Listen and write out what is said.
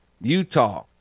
Utah